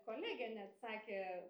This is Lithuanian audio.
kolegė net sakė